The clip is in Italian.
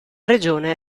regione